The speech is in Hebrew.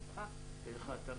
נמשיך בהקראה.